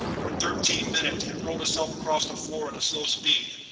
for thirteen minutes, it rolled itself across the floor at a slow speed,